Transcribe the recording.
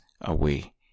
away